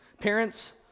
Parents